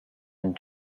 and